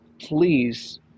please